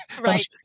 Right